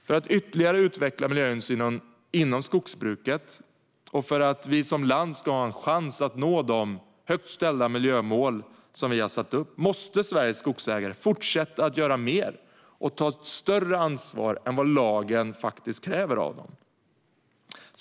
För att ytterligare utveckla miljöhänsynen inom skogsbruket och för att vi som land ska ha en chans att nå de högt ställda miljömål som vi har satt upp måste Sveriges skogsägare fortsätta att göra mer och ta ett större ansvar än vad lagen kräver.